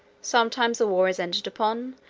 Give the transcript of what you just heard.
sometimes a war is entered upon,